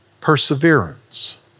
perseverance